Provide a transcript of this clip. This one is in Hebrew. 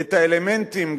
את האלמנטים,